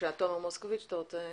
תומר מוסקוביץ', בבקשה.